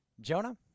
Jonah